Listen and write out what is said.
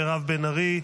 מירב בן ארי,